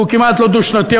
שהוא כמעט לא דו-שנתי,